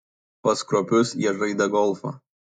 pas kruopius jie žaidė golfą